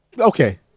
okay